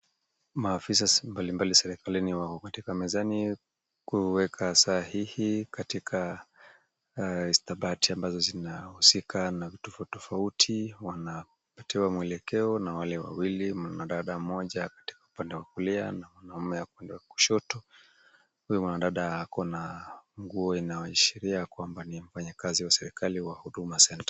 Maafisa mbalimbali serikalini wako katika mezani kuweka sahihi katika stakabadhi ambazo zinahusika na vitu tofauti tofauti. Wanapatiwa mwelekeo na wale wawili, mwanadada mmoja katika upande wa kulia na mwaname upande wa kushoto. Huyo mwanadada ako na nguo inayowashiria kwamba ni mfanyikazi wa serikali wa Huduma Centre.